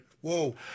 whoa